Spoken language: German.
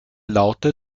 laute